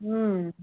हूं